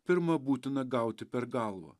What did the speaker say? pirma būtina gauti per galvą